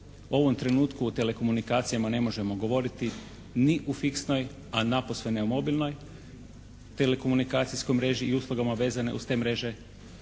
ovom trenutku u telekomunikacijama ne možemo govoriti ni u fiksnoj a napose ne u mobilnoj telekomunikacijskoj mreži i uslugama vezane uz te mreže